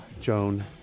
Joan